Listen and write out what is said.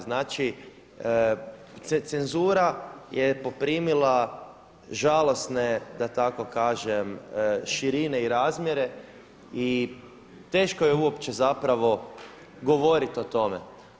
Znači, cenzura je poprimila žalosne da tako kažem širine i razmjere i teško je uopće zapravo govoriti o tome.